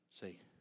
See